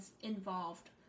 involved